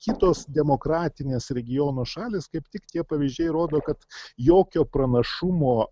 kitos demokratinės regiono šalys kaip tik tie pavyzdžiai rodo kad jokio pranašumo